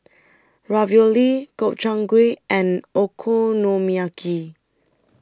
Ravioli Gobchang Gui and Okonomiyaki